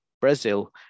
Brazil